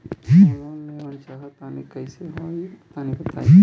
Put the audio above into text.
हम लोन लेवल चाहऽ तनि कइसे होई तनि बताई?